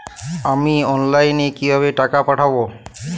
আমি অনলাইনে কিভাবে টাকা পাঠাব?